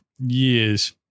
years